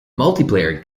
multiplayer